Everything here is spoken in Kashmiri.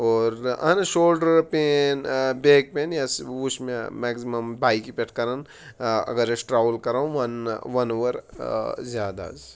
اور اَہن حظ شولڑَر پین بیک پین یَس وُچھ مےٚ مٮ۪کزِمَم بایکہِ پٮ۪ٹھ کَران اگر أسۍ ٹرٛاوٕل کَرو وَن وَن اوٚوَر زیادٕ حظ